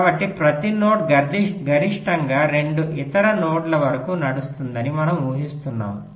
కాబట్టి ప్రతి నోడ్ గరిష్టంగా 2 ఇతర నోడ్ల వరకు నడుస్తుందని మనము ఊహిస్తున్నాము